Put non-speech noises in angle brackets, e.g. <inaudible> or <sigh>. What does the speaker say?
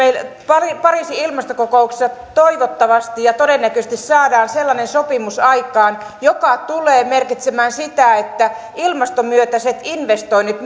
pariisin pariisin ilmastokokouksessa toivottavasti ja todennäköisesti saamme sellaisen sopimuksen aikaan joka tulee merkitsemään sitä että ilmastomyönteiset investoinnit <unintelligible>